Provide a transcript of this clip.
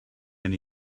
hyn